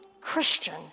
Christian